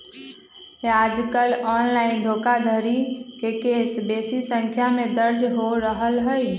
याजकाल ऑनलाइन धोखाधड़ी के केस बेशी संख्या में दर्ज हो रहल हइ